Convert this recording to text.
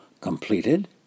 completed